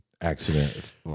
accident